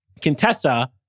Contessa